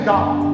God